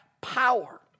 power